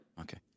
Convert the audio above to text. Okay